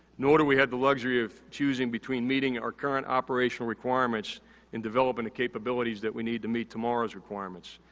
nor do we have the luxury of choosing between meeting our current operational requirements in developing the capabilities that we need to meet tomorrow's requirements.